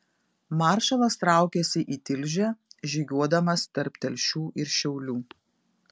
maršalas traukėsi į tilžę žygiuodamas tarp telšių ir šiaulių